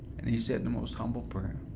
and he said the most humble prayer.